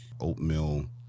oatmeal